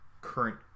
current